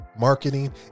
marketing